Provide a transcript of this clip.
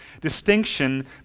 distinction